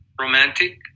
Romantic